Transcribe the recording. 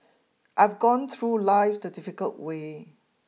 I have gone through life the difficult way